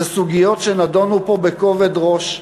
אלה סוגיות שנדונו פה בכובד ראש,